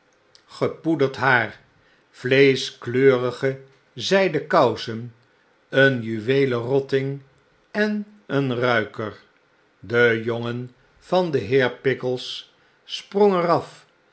gepoederd haar vleescnkleurige zijden kousen een juweelen rotting en een ruiker de jongen van den heer pickles sprong er